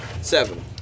Seven